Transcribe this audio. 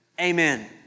Amen